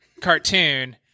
cartoon